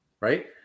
Right